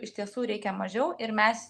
iš tiesų reikia mažiau ir mes